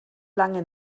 lange